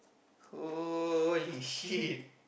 holy shit